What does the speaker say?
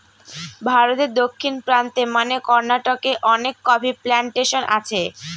ভারতে দক্ষিণ প্রান্তে মানে কর্নাটকে অনেক কফি প্লানটেশন আছে